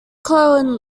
coal